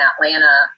Atlanta